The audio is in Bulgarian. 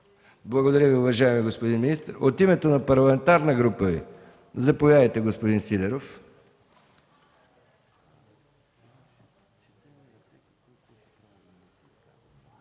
Благодаря Ви, уважаеми господин министър. От името на парламентарна група ли? Заповядайте, господин Сидеров.